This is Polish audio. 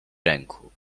ręku